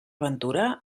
ventura